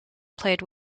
played